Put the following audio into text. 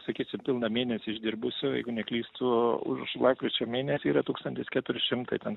sakysim pilną mėsesį išdirbusio jeigu neklystu už lapkričio mėnesį yra tūkstantis keturi šimtai ten